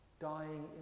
dying